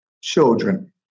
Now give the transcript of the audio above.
children